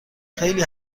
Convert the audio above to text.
خیلی